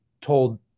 told